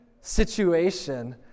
situation